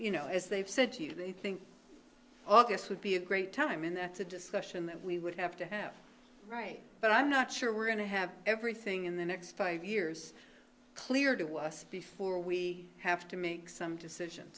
you know as they've said to you they think august would be a great time and that's a discussion that we would have to have right but i'm not sure we're going to have everything in the next five years clear to us before we have to make some decision